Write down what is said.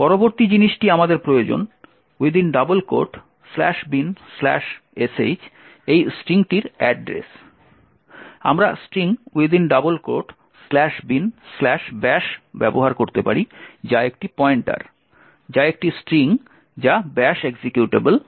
পরবর্তী জিনিসটি আমাদের প্রয়োজন ""binsh"" স্ট্রিংটির অ্যাড্রেস আমরা স্ট্রিং ""binbash"" ব্যবহার করতে পারি যা একটি পয়েন্টার যা একটি স্ট্রিং যা ব্যাশ এক্সিকিউটেবল